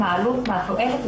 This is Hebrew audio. מה העלות מה התועלת,